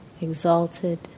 exalted